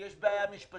כי יש בעיה משפטית.